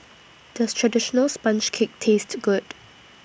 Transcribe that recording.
Does Traditional Sponge Cake Taste Good